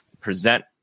present